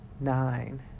Nine